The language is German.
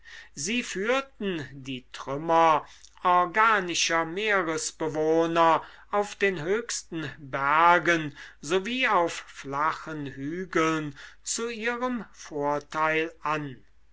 sie führten die trümmer organischer meeresbewohner auf den höchsten bergen sowie auf flachen hügeln zu ihrem vorteil an